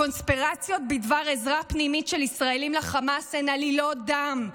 הקונספירציות בדבר עזרה פנימית של ישראלים לחמאס הן עלילות דם.